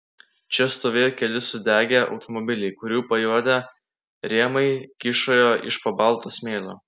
čia stovėjo keli sudegę automobiliai kurių pajuodę rėmai kyšojo iš po balto smėlio